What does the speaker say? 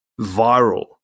viral